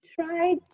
try